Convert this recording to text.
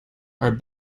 are